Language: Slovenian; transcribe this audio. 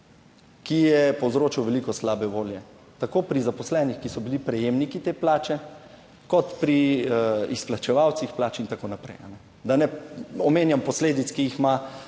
ki je povzročil veliko slabe volje, tako pri zaposlenih, ki so bili prejemniki te plače, kot pri izplačevalcih plač in tako naprej, da ne omenjam posledic, ki jih ima